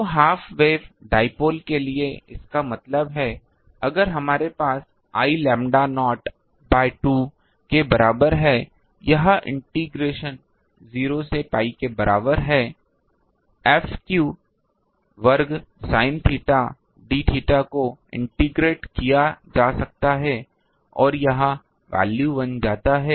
तो half wave dipole के लिए इसका मतलब है अगर हमारे पास l लैम्ब्डा नॉट बाय 2 के बराबर है यह इंटीग्रेशन 0 से pi के बराबर है F वर्ग साइन थीटा d थीटा को इंटेग्रट किया जा सकता है और यह वैल्यू बन जाता है